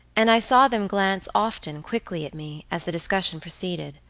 and i saw them glance often quickly at me, as the discussion proceeded.